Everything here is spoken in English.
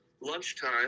lunchtime